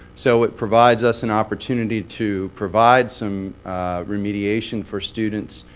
so it provides us an opportunity to provide some remediation for students,